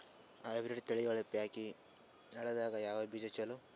Hybrid ತಳಿಗಳ ಪೈಕಿ ಎಳ್ಳ ದಾಗ ಯಾವ ಬೀಜ ಚಲೋ?